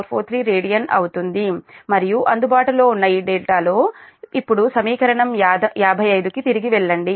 443 radian అవుతుంది మరియు అందుబాటులో ఉన్న ఈ డేటాలో ఇప్పుడు సమీకరణం 55 కి తిరిగి వెళ్ళండి